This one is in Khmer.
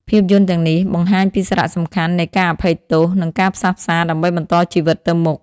ភាពយន្តទាំងនេះបង្ហាញពីសារៈសំខាន់នៃការអភ័យទោស និងការផ្សះផ្សា ដើម្បីបន្តជីវិតទៅមុខ។